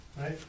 right